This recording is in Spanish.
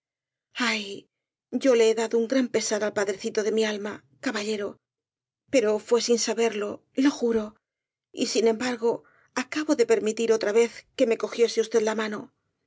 ay yo le he dado un gran el caballero de las botas azules pesar al padrecito de mi alma caballero pero fué sin saberlo lo juro y sin embargo acabo de permitir otra vez que me cogiese usted la mano